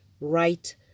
right